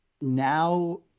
now